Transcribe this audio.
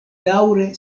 daŭre